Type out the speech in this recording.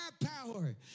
power